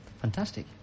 Fantastic